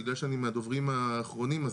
בגלל שאני מהדוברים האחרונים,